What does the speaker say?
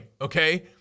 okay